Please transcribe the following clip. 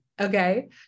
Okay